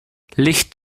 licht